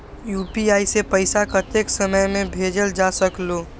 UPI से पैसा कतेक समय मे भेजल जा स्कूल?